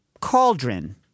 cauldron